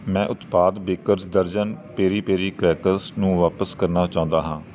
ਮੈਂ ਉਤਪਾਦ ਬੇਕਰਜ਼ ਦਰਜਨ ਪੇਰੀ ਪੇਰੀ ਕ੍ਰੈਕਰਸ ਨੂੰ ਵਾਪਿਸ ਕਰਨਾ ਚਾਹੁੰਦਾ ਹਾਂ